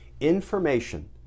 information